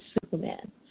Superman